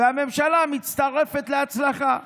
והממשלה מצטרפת להצלחה.